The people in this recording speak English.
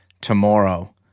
tomorrow